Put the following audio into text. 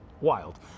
Wild